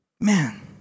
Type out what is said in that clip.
Man